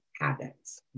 habits